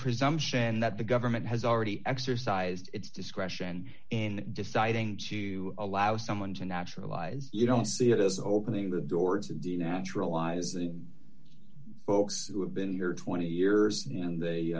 presumption that the government has already exercised its discretion in deciding to allow someone to naturalize you don't see it as opening the door to do naturalizing folks who have been here twenty years and they